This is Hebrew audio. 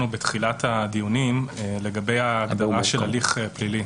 בתחילת הדיונים לגבי הגדרת הליך פלילי.